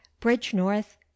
bridgenorth